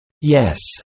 Yes